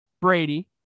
Brady